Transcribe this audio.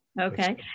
Okay